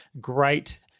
great